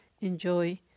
enjoy